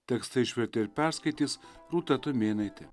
tekstą išvertė ir perskaitys rūta tumėnaitė